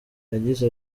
yagize